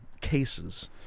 cases